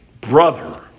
Brother